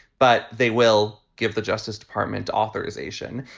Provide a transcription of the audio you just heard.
but they will give the justice department authorization.